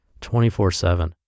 24-7